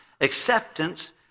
acceptance